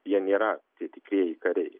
jie nėra tie tikrieji kariai